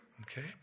okay